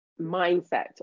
mindset